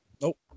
Nope